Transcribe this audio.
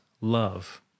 love